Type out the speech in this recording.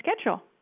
schedule